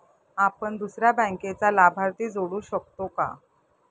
आपण दुसऱ्या बँकेचा लाभार्थी जोडू शकतो का?